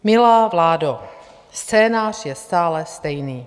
Milá vládo, scénář je stále stejný.